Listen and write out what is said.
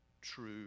true